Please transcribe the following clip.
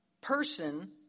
person